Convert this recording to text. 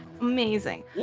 Amazing